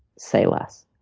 say less.